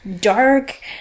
dark